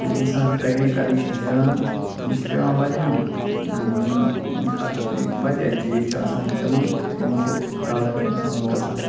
ییٚلہِ اِنسان ٹرٛیٚکِنٛگ کَرنہِ چھ نیران تٔمِس چھِ پٮ۪وان واریَہَن یِمَن خط وَتیہ چیٖز چھِ آسان تِمہٕ یِمو سۭتۍ پرٛابلم چھ اِنسانَس گَژھان